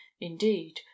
Indeed